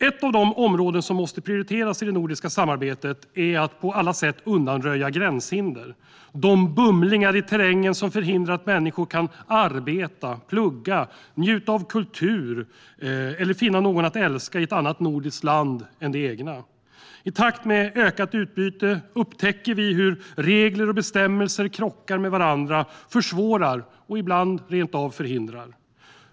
Ett av de områden som måste prioriteras i det nordiska samarbetet är att på alla sätt undanröja gränshinder - de bumlingar i terrängen som förhindrar att människor kan arbeta, plugga, njuta av kultur eller finna någon att älska i ett annat nordiskt land än det egna. I takt med ökat utbyte upptäcker vi hur regler och bestämmelser krockar med varandra, försvårar och ibland rent av förhindrar.